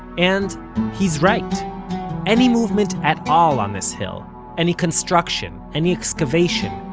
and he's right any movement at all on this hill any construction, any excavation,